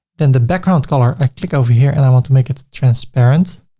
then the background color, i click over here and i want to make it transparent.